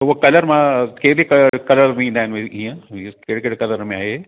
उहो कलर मां के बि क कलर बि ईंदा आहिनि ईअं ईअ कहिड़े कहिड़े कलर में आहे